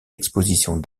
expositions